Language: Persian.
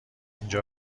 اینجا